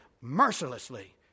mercilessly